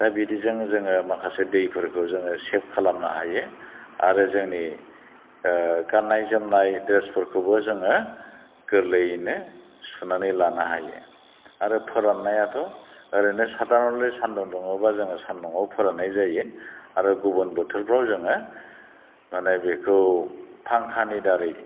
दा बिदिजों जोङो माखासे दैफोरखौ जोङो सेभ खालामनो हायो आरो जोंनि गाननाय जोमनाय ड्रेसफोरखौबो जोङो गोरलैयैनो सुनानै लानो हायो आरो फोराननायाथ' ओरैनो साधारनलि सानदुं दुङोबा जोङो सानदुङाव फोराननाय जायो आरो गुबुन बोथोरफोराव जोङो माने बेखौ फांखानि दारै